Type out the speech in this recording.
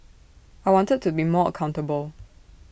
I wanted to be more accountable